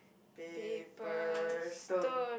paper stone